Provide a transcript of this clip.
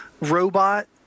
robot